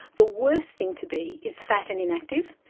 the worst thing to be is fat and inactive,